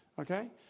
Okay